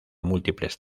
múltiples